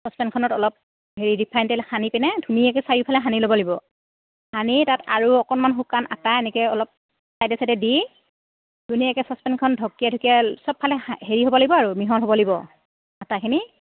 চচপেনখনত অলপ হেৰি ৰিফাইণ্ড তেল সানি পিনে ধুনীয়াকৈ চাৰিওফালে সানি ল'ব লাগিব সানি তাত আৰু অকণমান শুকান আটা এনেকৈ অলপ চাইডে চাইডে দি ধুনীয়াকৈ চচপেনখন ঢকিয়াই ঢকিয়াই চবফালে হেৰি হ'ব লাগিব আৰু মিহল হ'ব লাগিব আটাখিনি